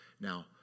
Now